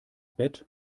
bett